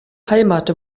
heimat